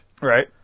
Right